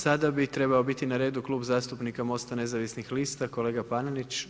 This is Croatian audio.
Sada bi trebao biti na radu Klub zastupnika Mosta nezavisnih lista, kolega Panenić.